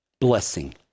Blessing